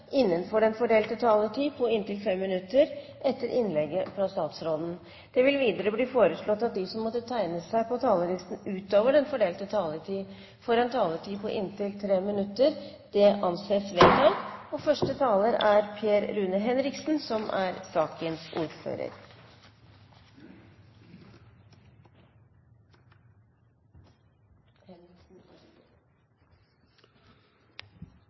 innenfor den fordelte taletid. Videre blir det foreslått at de som måtte tegne seg på talerlisten utover den fordelte taletid, får en taletid på inntil 3 minutter. – Det anses vedtatt. Verma kraftverk er eit vasskraftverk i Rauma kommune i Møre og